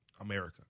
America